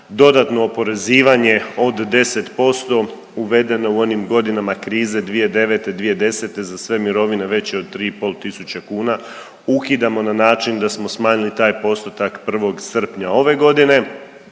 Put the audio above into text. dodatno oporezivanje od 10% uvedene u onim godinama krize 2009., 2010. za sve mirovine veće od 3,5 tisuće kuna, ukidamo na način da smo smanjili taj postotak 1. srpnja ove godine,